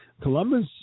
Columbus